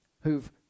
who've